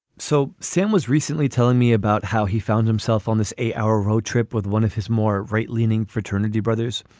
so sam was recently telling me about how he found himself on this eight hour road trip with one of his more right leaning fraternity brothers.